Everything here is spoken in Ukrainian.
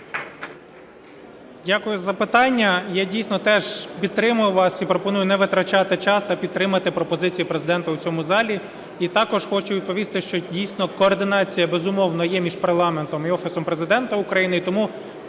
Дякую за питання. Я дійсно теж підтримую вас і пропоную не витрачати час, а підтримати пропозиції Президента в цьому залі. І також хочу відповісти, що, дійсно, координація, безумовно, є між парламентом і Офісом Президента України,